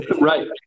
right